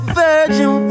virgin